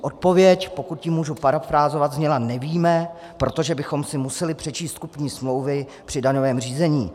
Odpověď, pokud ji mohu parafrázovat, zněla: Nevíme, protože bychom si museli přečíst kupní smlouvy při daňovém řízení.